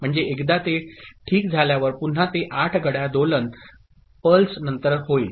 म्हणजे एकदा ते ठीक झाल्यावर पुन्हा ते 8 घड्याळ दोलन पल्स नंतर होईल